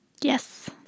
yes